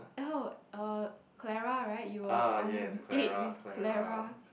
oh uh Clara right you were on a date with Clara